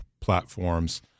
platforms